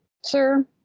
Sir